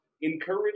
encourage